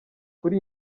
kuri